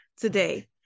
today